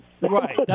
Right